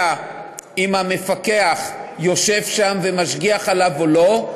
אם המפקח יושב שם ומשגיח עליו או לא,